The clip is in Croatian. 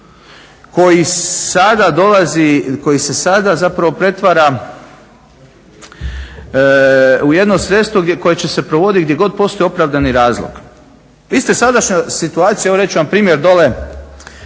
koji se sada zapravo pretvara u jedno sredstvo koje će se provoditi gdje god postoji opravdani razlog. Vi ste sadašnja situacija evo reći ću vam primjer dole